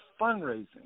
Fundraising